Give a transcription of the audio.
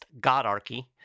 Godarchy